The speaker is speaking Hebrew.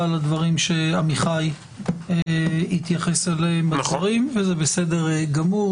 לדברים שעמיחי התייחס אליהם וזה בסדר גמור.